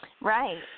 Right